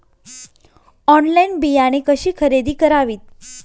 Online बियाणे कशी खरेदी करावीत?